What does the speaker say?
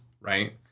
right